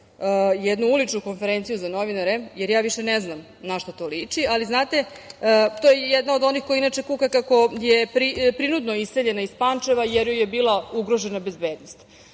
jednu uličnu konferenciju za novinare, jer više ne znam na šta to liči, ali to je jedna od onih koja kuka kako je prinudno iseljena iz Pančeva, jer joj je bila ugrožena bezbednost. Drage